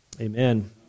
Amen